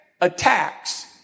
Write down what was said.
attacks